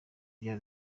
bya